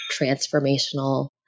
transformational